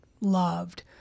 loved